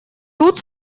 тут